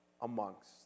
amongst